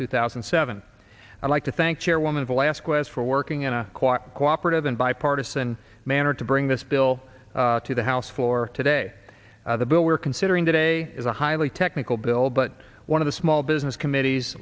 two thousand and seven i'd like to thank chairwoman of last quest for working in a quiet cooperative and bipartisan manner to bring this bill to the house floor today the bill we are considering today is a highly technical bill but one of the small business committees